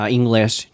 English